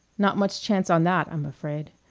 not much chance on that, i'm afraid.